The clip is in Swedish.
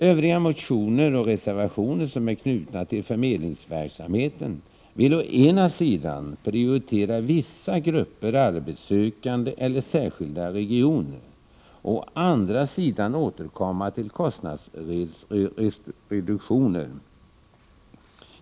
Övriga motioner och reservationer som är knutna till förmedlingsverksamheten vill å ena sidan prioritera vissa grupper arbetssökande eller särskilda regioner och å andra sidan åstadkomma kostnadsreduktioner.